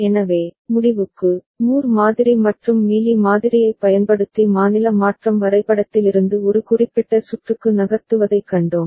எனவே முடிவுக்கு மூர் மாதிரி மற்றும் மீலி மாதிரியைப் பயன்படுத்தி மாநில மாற்றம் வரைபடத்திலிருந்து ஒரு குறிப்பிட்ட சுற்றுக்கு நகர்த்துவதைக் கண்டோம்